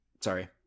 sorry